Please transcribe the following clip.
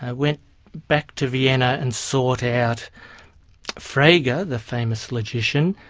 ah went back to vienna and sought out frege, ah the famous logician,